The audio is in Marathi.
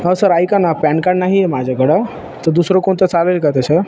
हो सर ऐका ना प्यॅन कार्ड नाही आहे माझ्याकडं तर दुसरं कोणतं चालेल का तसं